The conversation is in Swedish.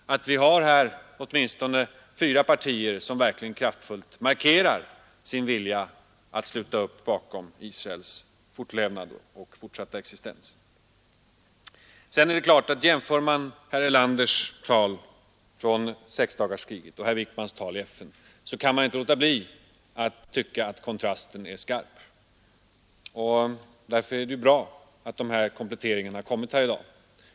Den har visat att det finns åtminstone fyra partier som kraftfullt markerar sin vilja att sluta upp bakom Israels fortsatta existens. Det är klart att om man jämför herr Erlanders tal från sexdagarskriget och herr Wickmans tal i FN, kan man inte låta bli att tycka att kontrasten är skarp. Därför är det bra att de här kompletteringarna har gjorts i dag.